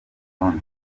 rutonde